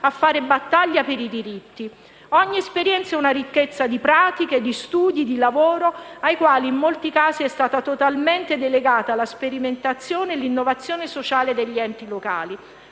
battaglia per i diritti. Ogni esperienza è una ricchezza di pratiche, studi, di lavori ai quali in molti casi è stata totalmente delegata la sperimentazione e l'innovazione sociale degli enti locali,